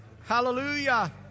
Hallelujah